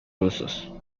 usos